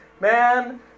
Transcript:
Man